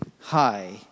hi